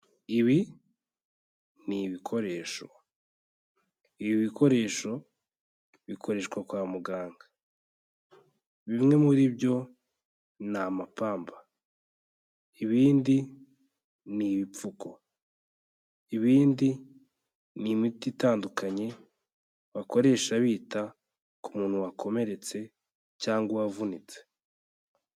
Ibi ni ibikoresho. Ibi bikoresho bikoreshwa kwa muganga. bimwe muri byo ni amapamba. Ibindi ni ibipfuko. Ibindi ni imiti itandukanye bakoresha bita ku muntu wakomeretse cyangwa uwavunitse.